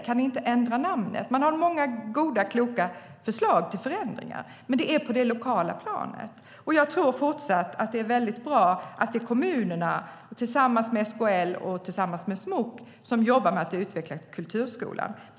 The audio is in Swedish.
Kan ni inte ändra namnet? De har många goda och kloka förslag till förändringar, men det är på det lokala planet. Jag tror fortsatt att det är bra att kommunerna tillsammans med SKL och Smok jobbar med att utveckla kulturskolan.